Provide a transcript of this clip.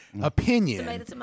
Opinion